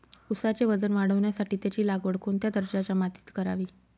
ऊसाचे वजन वाढवण्यासाठी त्याची लागवड कोणत्या दर्जाच्या मातीत करावी?